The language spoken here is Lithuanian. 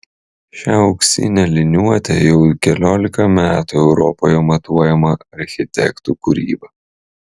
šia auksine liniuote jau keliolika metų europoje matuojama architektų kūryba